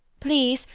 please,